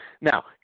Now